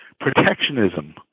protectionism